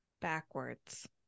backwards